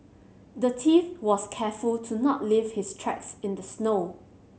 the thief was careful to not leave his tracks in the snow